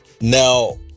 Now